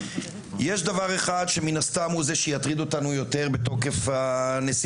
יש דבר אחד שמן הסתם הוא זה שיטריד אותנו יותר בתוקף הנסיבות,